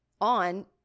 on